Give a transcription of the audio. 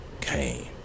came